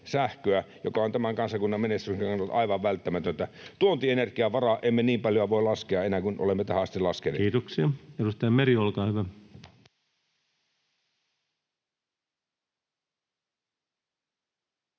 mikä on tämän kansakunnan menestymisen kannalta aivan välttämätöntä. Tuonti-energian varaan emme niin paljoa voi laskea enää kuin olemme tähän asti laskeneet. [Speech 127] Speaker: Ensimmäinen